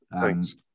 Thanks